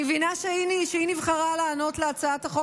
אני מבינה שהיא נבחרה לענות על הצעת החוק